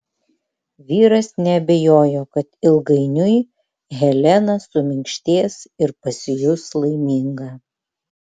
vyras neabejojo kad ilgainiui helena suminkštės ir pasijus laiminga